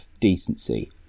decency